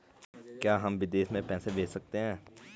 क्या हम विदेश में पैसे भेज सकते हैं?